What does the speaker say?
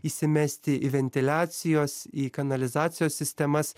įsimesti į ventiliacijos į kanalizacijos sistemas